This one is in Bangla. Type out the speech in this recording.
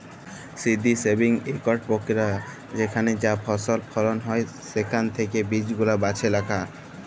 সি.ডি সেভিং ইকট পক্রিয়া যেখালে যা ফসল ফলল হ্যয় সেখাল থ্যাকে বীজগুলা বাছে রাখা